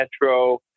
metro